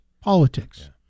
politics